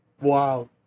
Wow